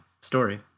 story